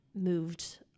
moved